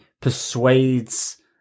persuades